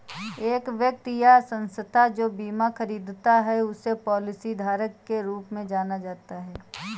एक व्यक्ति या संस्था जो बीमा खरीदता है उसे पॉलिसीधारक के रूप में जाना जाता है